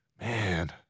Man